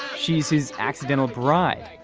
she's his accidental bride.